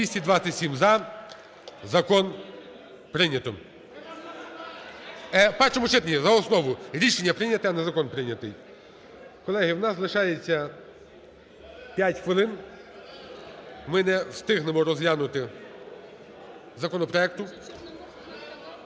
За-227 Закон прийнято. В першому читанні за основу рішення прийнято, а не закон прийнятий. Колеги, у нас лишається 5 хвилин. Ми не встигнемо розглянути законопроект.